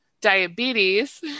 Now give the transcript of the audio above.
diabetes